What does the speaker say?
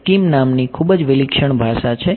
તે સ્કીમ નામની ખૂબ જ વિલક્ષણ ભાષા છે